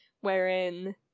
wherein